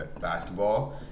basketball